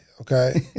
okay